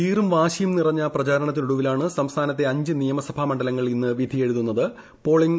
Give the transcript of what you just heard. വീറും വാശിയും നിറഞ്ഞ പ്രചാരണത്തിനൊടുവിൽ സംസ്ഥാനത്തെ അഞ്ച് നിയമസഭാ മണ്ഡലങ്ങൾ ഇന്ന് വിധിയെഴുതുന്നു്